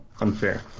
unfair